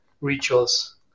rituals